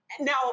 Now